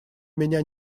меня